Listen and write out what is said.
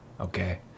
okay